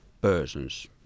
persons